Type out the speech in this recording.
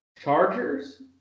Chargers